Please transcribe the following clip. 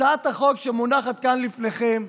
הצעת החוק, שמונחת כאן לפניכם,